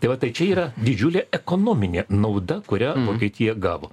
tai va tai čia yra didžiulė ekonominė nauda kurią vokietija gavo